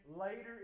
later